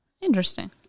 Interesting